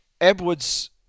Edwards